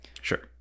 Sure